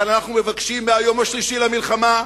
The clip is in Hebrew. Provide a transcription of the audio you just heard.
אבל אנחנו מבקשים מהיום השלישי למלחמה,